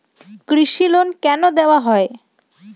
কৃষি লোন কেন দেওয়া হয়?